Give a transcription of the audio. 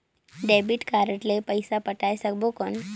Debit card ले पइसा पटाय बार सकबो कौन?